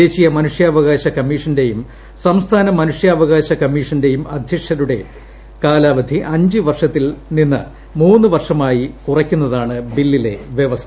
ദേശീയ മനുഷ്യാവകാശ കമ്മീഷന്റെയും സംസ്ഥാന മനുഷ്യാവകാശ കമ്മീഷന്റെയും അധ്യക്ഷന്മാരുടെ കാലാവധി അഞ്ച് വർഷത്തിൽ നിന്ന് മൂന്ന് വർഷമായി കുറയ്ക്കുന്നതാണ് ബില്ലിലെ വ്യവസ്ഥ